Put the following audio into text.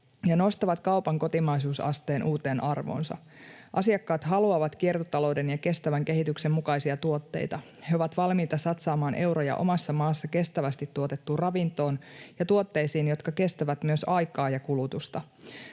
ja nostavat kaupan kotimaisuusasteen uuteen arvoonsa. Asiakkaat haluavat kiertotalouden ja kestävän kehityksen mukaisia tuotteita. He ovat valmiita satsaamaan euroja omassa maassa kestävästi tuotettuun ravintoon ja tuotteisiin, jotka kestävät myös aikaa ja kulutusta.